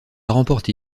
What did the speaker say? remporté